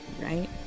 Right